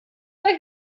euch